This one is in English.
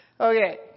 Okay